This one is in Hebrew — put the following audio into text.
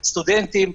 סטודנטים,